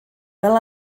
fel